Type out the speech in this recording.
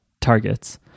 targets